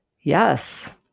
Yes